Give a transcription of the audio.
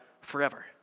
forever